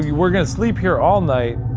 we're gonna sleep here all night.